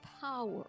power